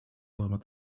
geworden